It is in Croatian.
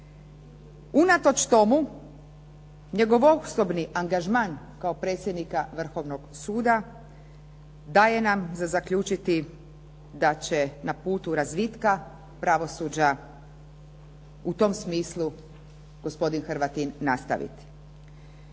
Unatoč tomu, njegov osobni angažman kao predsjednika Vrhovnog suda daje nam za zaključiti da će na putu razvitka pravosuđe u tom smislu gospodin Hrvatin nastaviti.